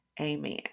Amen